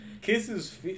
Kisses